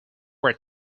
were